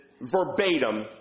verbatim